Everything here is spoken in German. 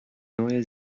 neue